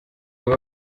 bubi